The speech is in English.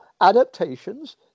adaptations